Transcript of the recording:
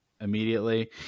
immediately